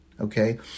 Okay